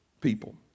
people